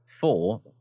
four